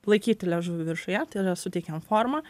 laikyti liežuvį viršuje tai yra suteikiam formą